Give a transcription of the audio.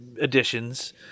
additions